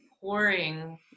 pouring